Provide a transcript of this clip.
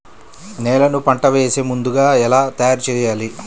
నేలను పంట వేసే ముందుగా ఎలా తయారుచేయాలి?